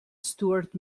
stuart